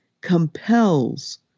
compels